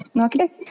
Okay